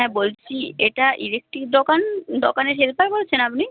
হ্যাঁ বলছি এটা ইলেকট্রিক দোকান দোকানের হেল্পার বলছেন আপনি